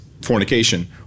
fornication